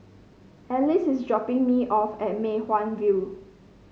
Alexys is dropping me off at Mei Hwan View